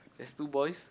there's two boys